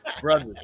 brother